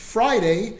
Friday